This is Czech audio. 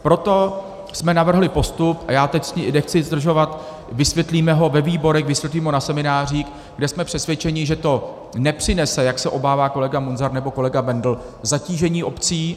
Proto jsme navrhli postup a teď nechci zdržovat, vysvětlíme ho ve výborech, vysvětlíme ho na seminářích kde jsme přesvědčeni, že to nepřinese, jak se obává kolega Munzar nebo kolega Bendl, zatížení obcí.